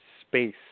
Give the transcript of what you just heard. space